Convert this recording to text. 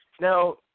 Now